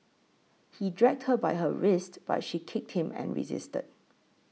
he dragged her by her wrists but she kicked him and resisted